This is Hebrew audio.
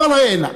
אבל ראה נא,